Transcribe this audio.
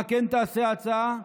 מה כן תעשה ההצעה?